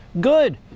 Good